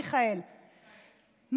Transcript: מיכאל,